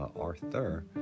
Arthur